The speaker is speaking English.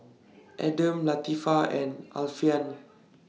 Adam Latifa and Alfian